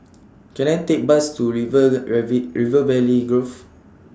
Can I Take Bus to River River Valley Grove